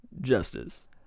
justice